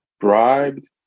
bribed